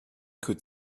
could